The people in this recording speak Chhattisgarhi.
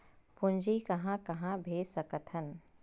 पूंजी कहां कहा भेज सकथन?